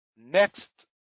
Next